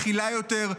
מכילה יותר,